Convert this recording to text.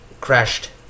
crashed